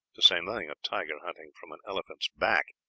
to say nothing of tiger hunting from an elephant's back,